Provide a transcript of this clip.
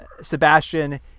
Sebastian